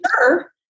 sure